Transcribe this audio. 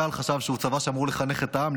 צה"ל חשב שהוא צבא שאמור לחנך את העם,